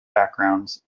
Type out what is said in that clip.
backgrounds